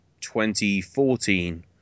2014